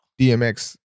DMX